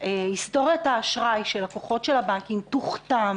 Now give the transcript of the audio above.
היסטורית האשראי של לקוחות הבנקים תוכתם